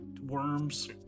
worms